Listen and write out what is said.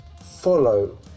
follow